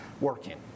working